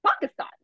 Pakistan